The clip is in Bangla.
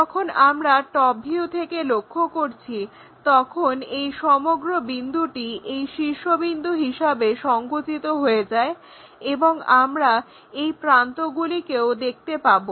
যখন আমরা টপ ভিউ থেকে লক্ষ্য করছি তখন এই সমগ্র বিন্দুটি এই শীর্ষবিন্দু হিসাবে সংকুচিত হয়ে যায় এবং আমরা এই প্রান্তগুলিকেও দেখতে পাবো